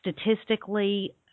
statistically